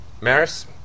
Maris